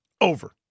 over